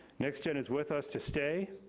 next gen is with us to stay.